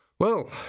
Well